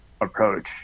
approach